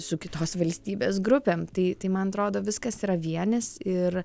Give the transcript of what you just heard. su kitos valstybės grupėm tai tai man atrodo viskas yra vienis ir